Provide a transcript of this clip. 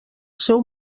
seu